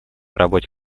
работе